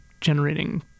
generating